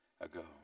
ago